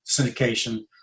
syndication